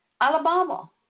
Alabama